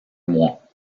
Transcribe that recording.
mois